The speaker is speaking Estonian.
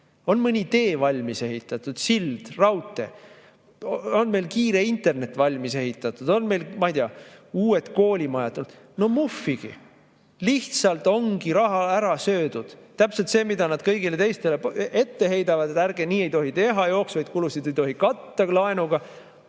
On mõni tee valmis ehitatud, mõni sild, raudtee? On meil kiire internet valmis ehitatud? On meil uued koolimajad valmis? No muhvigi! Lihtsalt ongi raha ära söödud. Täpselt see, mida nad kõigile teistele ette heidavad, et nii ei tohi teha, jooksvaid kulusid ei tohi laenuga